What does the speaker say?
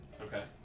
Okay